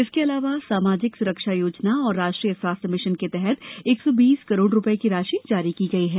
इसके अलावा समाजिक सुरक्षा योजना और राष्ट्रीय स्वास्थ्य मिशन के तहत एक सौ बीस करोड़ रुपये की राशि जारी की गई है